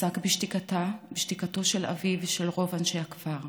הסרט עסק בשתיקתו של אבי ושל רוב אנשי הכפר.